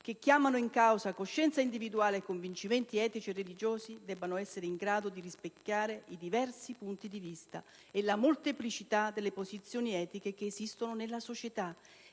che chiamano in causa coscienza individuale e convincimenti etici e religiosi, debbano essere in grado di rispecchiare i diversi punti di vista e la molteplicità delle posizioni etiche che esistono nella società.